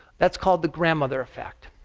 that's called the grandmother effect.